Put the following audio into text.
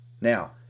Now